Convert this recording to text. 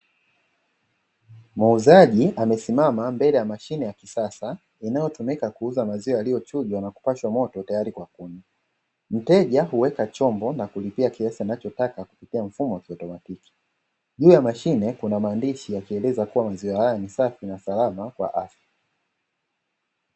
Muuzaji amesimama mbele ya mashine ya kisasa inayotumika kuuza maziwa yaliyochujwa na kupashwa moto tayari kwa kunywa. Mteja huweka chombo na kulipia kiasi anachotaka kupitia mfumo wa kieletroniki, juu ya mashine kuna maandishi yakieleza kua maziwa haya ni safi na salama kwa afya.